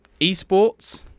Esports